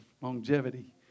longevity